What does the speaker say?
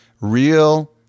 real